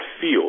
feel